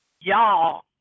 y'all